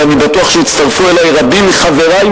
ואני בטוח שיצטרפו אלי רבים מחברי,